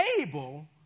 able